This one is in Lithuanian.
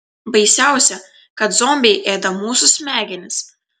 baisiausia kad zombiai ėda mūsų smegenis